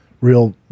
real